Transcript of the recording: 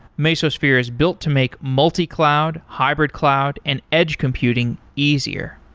mesosphere is built to make multi-cloud, hybrid-cloud and edge computing easier.